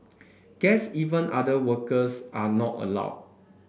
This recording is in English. guests even other workers are not allowed